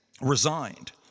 resigned